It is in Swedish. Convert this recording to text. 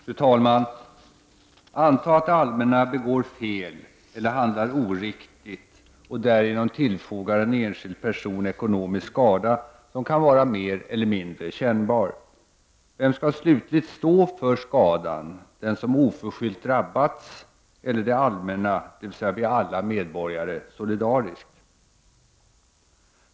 Fru talman! Antag att det allmänna begår fel eller handlar oriktigt och därigenom tillfogar en enskild person ekonomisk skada som kan vara mer eller mindre kännbar. Vem skall slutligt stå för skadan — den som oförskyllt drabbats eller det allmänna, dvs.vi alla medborgare solidariskt?